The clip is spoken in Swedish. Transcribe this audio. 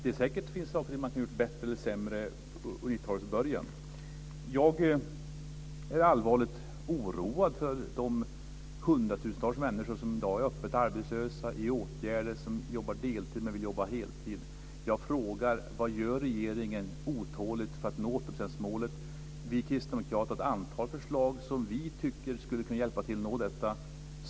Det är säkert saker som man kunde ha gjort bättre eller sämre vid Jag är allvarligt oroad för de hundratusentals människor som i dag är öppet arbetslösa, i åtgärder, som jobbar deltid men vill jobba heltid. Jag frågar: Vad gör regeringen otåligt för att nå 80 procentsmålet? Vi kristdemokrater har ett antal förslag som vi tycker skulle hjälpa till för att nå detta.